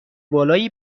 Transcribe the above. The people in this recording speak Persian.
بالایی